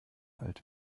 alt